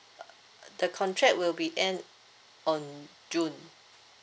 uh the contract will be end on june